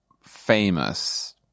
famous